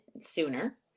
sooner